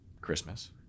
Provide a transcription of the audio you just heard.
Christmas